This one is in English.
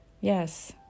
Yes